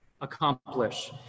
accomplish